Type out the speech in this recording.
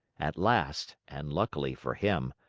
at last, and luckily for him,